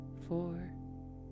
four